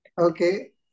Okay